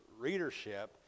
readership